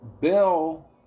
Bill